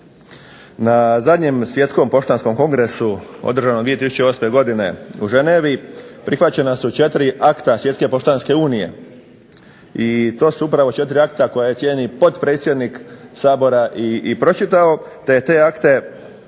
Na zadnjem Svjetskom poštanskom kongresu održanom 2008. godine u Ženevi prihvaćena su 4 akta Svjetske poštanske unije i to su upravo 4 akta koje je cijenjeni potpredsjednik Sabora i pročitao, te je te akte potvrditi